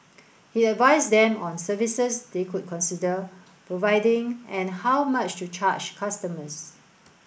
he advised them on services they could consider providing and how much to charge customers